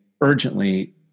urgently